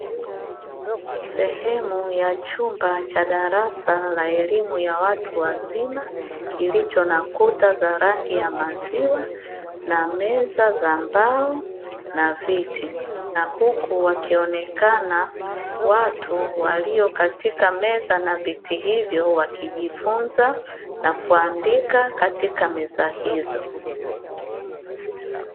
Sehemu ya chumba cha darasa la elimu ya watu wazima kilicho na kuta za rangi ya maziwa na meza za mbao na viti; na huku wakionekana watu walio katika meza na viti hivyo wakijifunza na kuandika katika meza hizo.